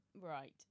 Right